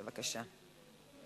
בבקשה.